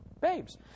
babes